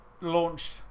launched